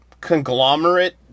conglomerate